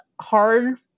hard